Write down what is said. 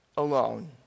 Alone